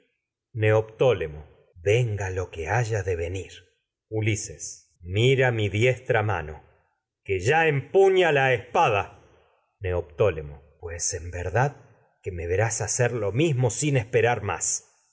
neoptólemo ulises venga lo que haya de venir que ya mira mi diestra mano empuña la espada neoptólemo lo mismo sin pues en verdad que me verás hacer esperar más